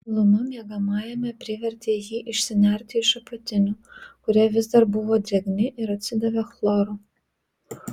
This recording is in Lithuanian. šiluma miegamajame privertė jį išsinerti iš apatinių kurie vis dar buvo drėgni ir atsidavė chloru